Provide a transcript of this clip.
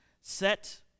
set